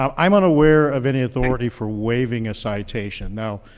um i'm unaware of any authority for waiving a citation. now,